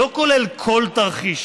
לא כולל כל תרחיש.